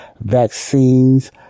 vaccines